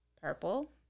Purple